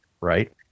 right